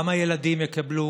גם הילדים יקבלו,